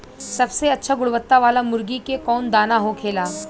सबसे अच्छा गुणवत्ता वाला मुर्गी के कौन दाना होखेला?